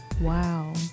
Wow